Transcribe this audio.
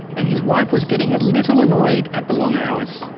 and his wife was getting a little annoyed at the long hours.